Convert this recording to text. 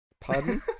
Pardon